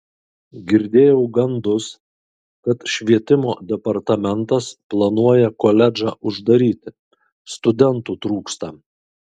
girdėjau gandus kad švietimo departamentas planuoja koledžą uždaryti studentų trūksta